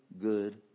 good